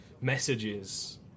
messages